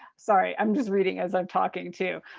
sorry. i'm just reading as i'm talking too.